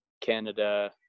canada